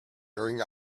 during